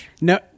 no